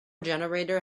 generator